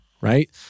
right